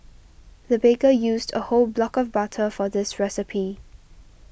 the baker used a whole block of butter for this recipe